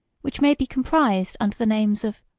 which may be comprised under the names of,